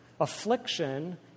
affliction